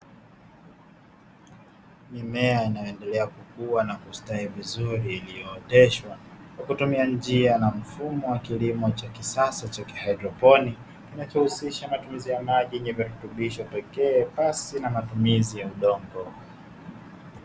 Mimea inayoendelea kukua na kustawi vizuri, iliyooteshwa kwa kutumia njia na mfumo wa kilimo cha kisasa cha haidroponi kinachohusisha matumizi ya maji yenye virutubisho pekee pasi na matumizi ya udongo.